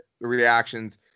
reactions